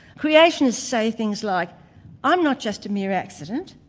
creationists say things like i'm not just a mere accident,